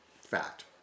fact